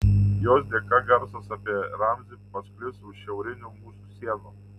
jos dėka garsas apie ramzį pasklis už šiaurinių mūsų sienų